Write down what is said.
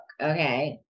okay